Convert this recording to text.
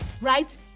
right